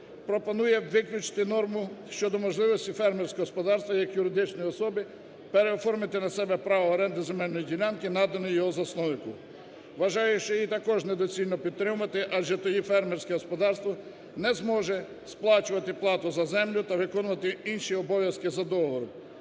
Пропонує виключити норму щодо можливості фермерського господарства як юридичної особи, переоформити на себе право оренди земельної ділянки наданої його засновнику. Вважаю, що її також недоцільно підтримати адже тоді фермерське господарство не зможе сплачувати плату за землю та виконувати інші обов'язки за договором